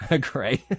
great